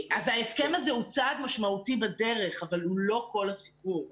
ההסכם הזה הוא צעד משמעותי בדרך אבל הוא לא כל הסיפור.